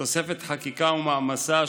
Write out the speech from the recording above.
תוספת חקיקה ומעמסה,